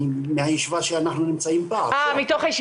אני רואה פה גם אחריות מאוד מאוד גדולה שלנו לקיים את הדיון